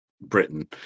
Britain